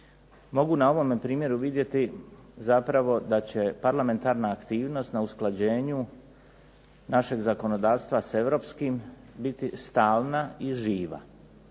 mogu na ovome primjeru vidjeti da će parlamentarna aktivnost na usklađenju našeg zakonodavstva sa europskim biti stalna i živa.